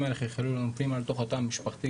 האלה חלחלו לנו פנימה לתוך התא המשפחתי,